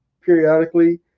periodically